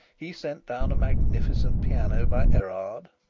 he sent down a magnificent piano by erard,